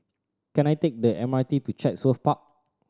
can I take the M RT to Chatsworth Park